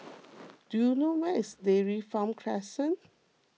do you know where is Dairy Farm Crescent